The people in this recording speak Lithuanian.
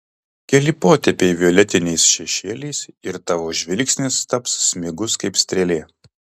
keli potėpiai violetiniais šešėliais ir tavo žvilgsnis taps smigus kaip strėlė